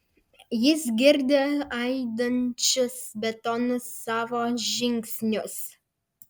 jis girdi aidinčius betonu savo žingsnius